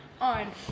on